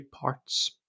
parts